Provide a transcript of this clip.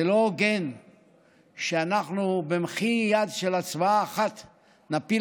זה לא הוגן שבמחי יד של הצבעה אחת אנחנו נפיל